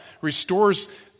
restores